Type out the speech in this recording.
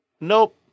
Nope